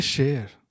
Share